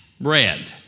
bread